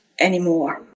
anymore